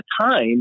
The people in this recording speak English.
time